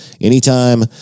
Anytime